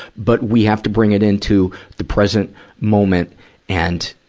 but, we have to bring it into the present moment and